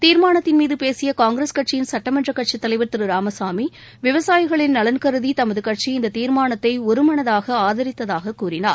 தீர்மானத்தின் மீது பேசிய காங்கிரஸ் கட்சியின் சட்டமன்ற கட்சித் தலைவர் திரு ராமசாமி விவசாயிகளின் நலன் கருதி தமது கட்சி இந்த தீர்மானத்தை ஒருமனதாக ஆதித்ததகக் கூறினார்